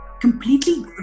completely